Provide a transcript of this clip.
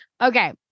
Okay